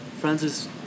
Francis